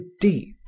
deep